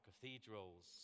cathedrals